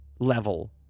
Level